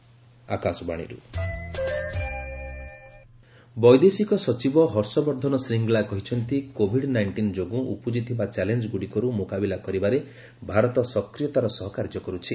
foreign secretary ବୈଦେଶିକ ସଚିବ ହର୍ଷବର୍ଦ୍ଧନ ଶ୍ରୀଙ୍ଗଲା କହିଛନ୍ତି କୋଭିଡ୍ ନାଇଷ୍ଟିନ୍ ଯୋଗୁଁ ଉପୁଜିଥିବା ଚ୍ୟାଲେଞ୍ଜଗୁଡ଼ିକରୁ ମୁକାବିଲା କରିବାରେ ଭାରତ ସକ୍ରିୟତାର ସହ କାର୍ଯ୍ୟ କରୁଛି